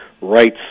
rights